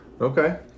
Okay